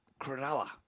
Cronulla